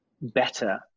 better